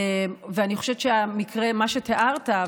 אני חושבת שמה שתיארת,